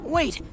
Wait